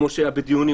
כמו שהיה בדיונים,